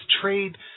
trade